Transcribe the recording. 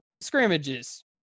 scrimmages